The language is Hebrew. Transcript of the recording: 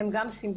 הם גם סימפטום.